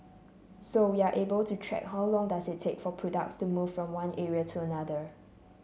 so able to track how long does it take for products to move from one area to another